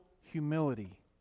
humility